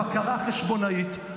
בקרה חשבונאית,